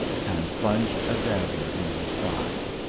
and plunged a dagger in his side.